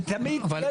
אבל,